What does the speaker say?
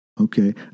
Okay